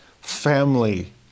family